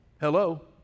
hello